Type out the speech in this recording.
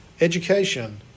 education